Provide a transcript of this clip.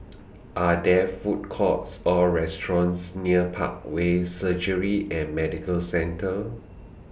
Are There Food Courts Or restaurants near Parkway Surgery and Medical Centre